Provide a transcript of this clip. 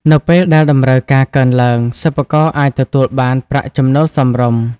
នៅពេលដែលតម្រូវការកើនឡើង សិប្បករអាចទទួលបាន ប្រាក់ចំណូលសមរម្យ។